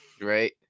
right